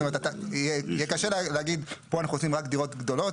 יהיה קשה להגיד פה אנחנו עושים רק דירות גדולות